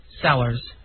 sellers